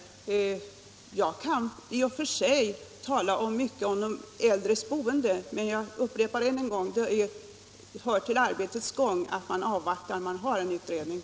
Jag kan i och för sig tala mycket om de äldres boende, men jag upprepar att om man har en utredning avvaktar man dess resultat.